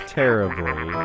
terribly